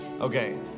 Okay